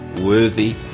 worthy